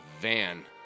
van